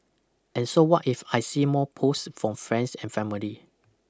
and so what if I see more posts from friends and family